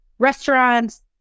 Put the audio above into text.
restaurants